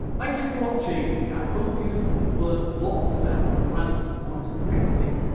thank you for watching, i hope you've learnt lots about grant wood's painting,